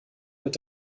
mit